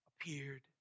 appeared